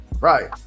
right